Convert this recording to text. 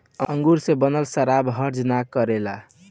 अंगूर से बनल शराब हर्जा ना करेला